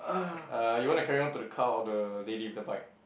uh you want to carry on to the cow or the lady with the bike